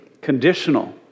conditional